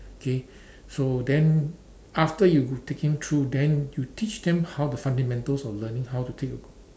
okay so then after you taking through then you teach them how the fundamentals of learning how to take a